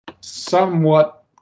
somewhat